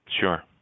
Sure